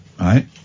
Right